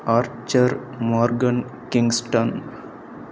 Archer Morgan Kingston